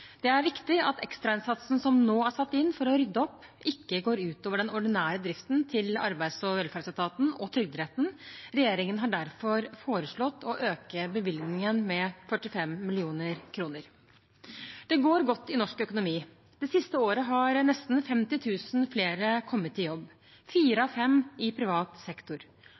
Det er viktig at ekstrainnsatsen som nå er satt inn for å rydde opp, ikke går ut over den ordinære driften til arbeids- og velferdsetaten og Trygderetten. Regjeringen har derfor foreslått å øke bevilgningen med 45 mill. kr. Det går godt i norsk økonomi. Det siste året har nesten 50 000 flere kommet i jobb, fire av fem i privat sektor.